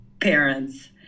parents